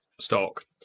stock